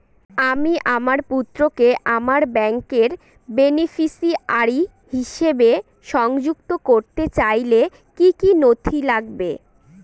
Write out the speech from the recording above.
আমি আমার পুত্রকে আমার ব্যাংকের বেনিফিসিয়ারি হিসেবে সংযুক্ত করতে চাইলে কি কী নথি লাগবে?